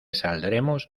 saldremos